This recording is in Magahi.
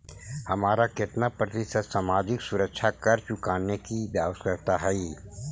हमारा केतना प्रतिशत सामाजिक सुरक्षा कर चुकाने की आवश्यकता हई